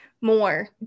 more